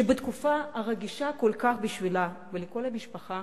שבתקופה הרגישה כל כך לה ולכל המשפחה